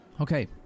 Okay